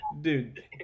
dude